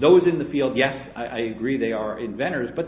those in the field yes i agree they are inventors but